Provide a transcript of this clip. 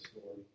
story